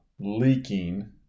leaking